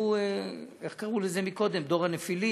היו, איך קראו לזה קודם, דור הנפילים.